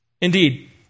Indeed